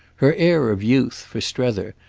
her air of youth, for strether,